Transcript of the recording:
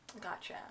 Gotcha